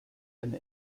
and